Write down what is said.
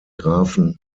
grafen